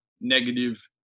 negative